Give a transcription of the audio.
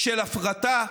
של הפרטה,